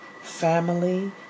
family